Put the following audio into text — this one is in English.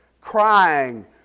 crying